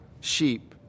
sheep